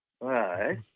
Right